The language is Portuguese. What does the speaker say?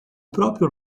próprio